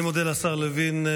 אני מודה לשר לוין.